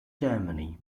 germany